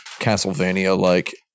Castlevania-like